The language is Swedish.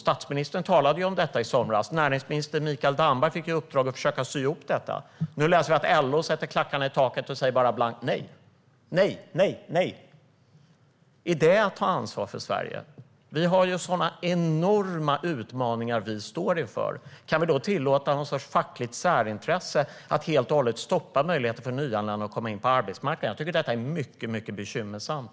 Statsministern talade om detta i somras, och näringsminister Mikael Damberg fick i uppdrag att försöka sy ihop det. Nu läser vi att LO sätter klackarna i marken och säger blankt nej. Är det att ta ansvar för Sverige? Vi står inför enorma utmaningar. Kan vi då tillåta ett slags fackligt särintresse att helt och hållet stoppa möjligheten för nyanlända att komma in på arbetsmarknaden? Jag tycker att detta är mycket bekymmersamt.